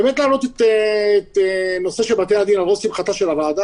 באמת להעלות את הנושא של בתי-הדין על ראש שמחתה של הוועדה.